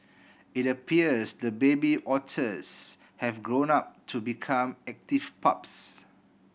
it appears the baby otters have grown up to become active pups